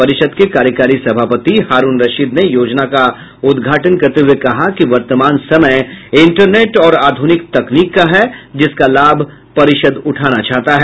परिषद के कार्यकारी सभापति हारूण रशीद ने योजना का उद्घाटन करते हुये कहा कि वर्तमान समय इंटरनेट और आधुनिक तकनीक का है जिसका लाभ परिषद उठाना चाहता है